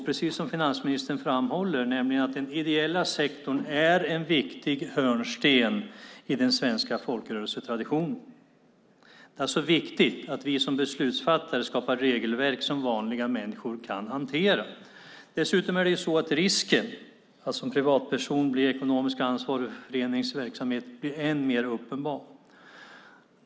Precis som finansministern framhåller är den ideella sektorn en viktig hörnsten i den svenska folkrörelsetraditionen. Det är alltså viktigt att vi som beslutsfattare skapar regelverk som vanliga människor kan hantera. Dessutom blir risken att privatpersoner blir ekonomiskt ansvariga för föreningens verksamhet än mer uppenbar.